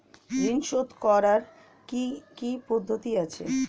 ঋন শোধ করার কি কি পদ্ধতি আছে?